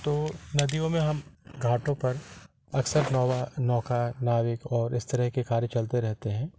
तो नदियों में हम घाटों पर अक्सर नौवा नौका नाविक और इस तरह के कार्य करते रहते हैं